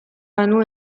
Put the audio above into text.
banu